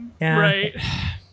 right